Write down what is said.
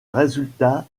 résultat